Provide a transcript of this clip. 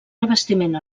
revestiment